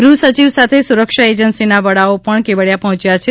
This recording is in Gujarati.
ગૃહસચિવ સાથે સરક્ષા એજન્સીના વડાઓ પણ કેવડીયા પહોંચ્યા છે